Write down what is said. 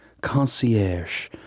concierge